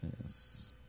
Yes